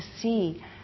see